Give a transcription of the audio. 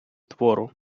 твору